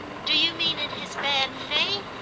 do you mean in his bad faith?